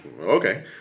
Okay